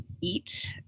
eat